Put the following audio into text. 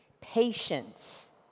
Patience